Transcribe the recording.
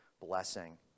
blessing